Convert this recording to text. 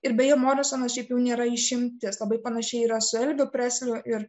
ir beje morisonas šiaip jau nėra išimtis labai panašiai yra su elviu presliu ir